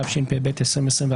התשפ"ב 2021,